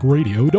Radio